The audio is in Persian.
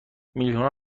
میلیونها